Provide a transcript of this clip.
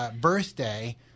birthday